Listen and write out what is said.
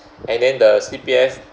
and then the C_P_F